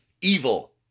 evil